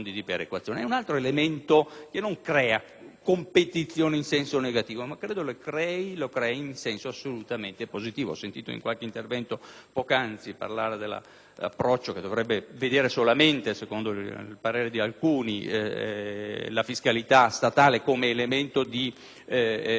in senso negativo ma in senso esattamente positivo. Ho sentito in qualche intervento poc'anzi parlare dell'approccio che dovrebbe vedere solamente, secondo il parere di alcuni, la fiscalità statale come elemento di costituzione dei fondi perequativi: credo